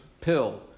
pill